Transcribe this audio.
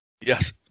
Yes